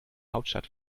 hauptstadt